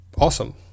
Awesome